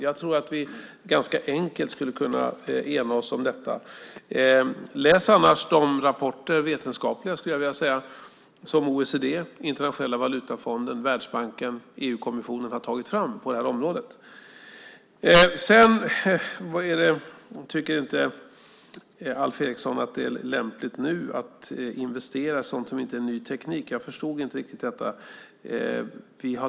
Jag tror att vi ganska enkelt skulle kunna ena oss om detta. Läs annars de rapporter - vetenskapliga, skulle jag vilja säga - som OECD, Internationella valutafonden, Världsbanken och EU-kommissionen har tagit fram på det här området! Alf Eriksson tycker inte att det är lämpligt nu att investera i sådant som inte är ny teknik. Jag förstod inte riktigt detta.